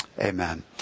Amen